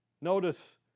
Notice